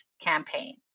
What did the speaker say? campaign